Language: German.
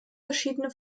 verschiedene